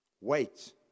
wait